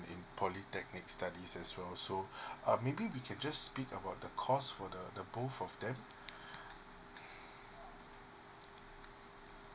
in polytechnic study as well so uh maybe we can just speak about the cost for the both of them